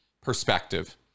perspective